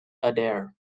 adair